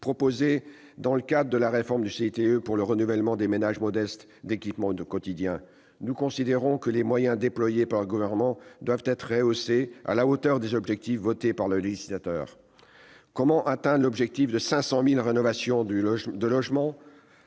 proposés dans le cadre de la réforme du CITE pour le renouvellement par les ménages modestes d'équipements du quotidien. Nous considérons que les moyens déployés par le Gouvernement doivent être rehaussés à la hauteur des objectifs votés par le législateur. Comment atteindre l'objectif fixé dans la loi relative